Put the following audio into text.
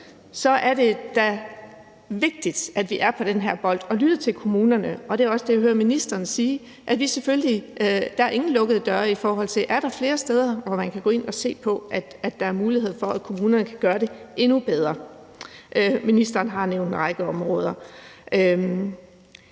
er det da vigtigt, at vi har øjnene på den her bold og lytter til kommunerne. Det er også det, jeg hører ministeren sige, altså at der ikke er nogen lukkede døre, i forhold til om der er flere steder, hvor man kan gå ind og se på, om der er mulighed for, at kommunerne kan gøre det endnu bedre. Ministeren har nævnt en række områder.